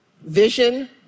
Vision